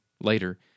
later